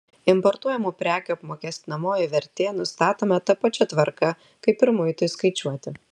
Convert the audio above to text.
importuojamų prekių apmokestinamoji vertė nustatoma ta pačia tvarka kaip ir muitui skaičiuoti